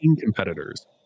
competitors